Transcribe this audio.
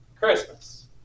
Christmas